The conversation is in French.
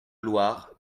loire